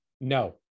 No